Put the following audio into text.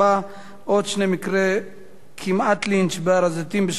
עוד שני מקרי כמעט-לינץ' בהר-הזיתים בשבוע שעבר,